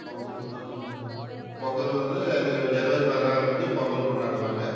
பொங்கல் பொங்கல் பொங்கல் வந்து ஜனவரி பதினாலு வந்து பொங்கல் கொண்டாடுவாங்க